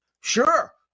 sure